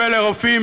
יהיו אלה רופאים,